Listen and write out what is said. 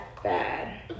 Bad